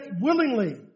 willingly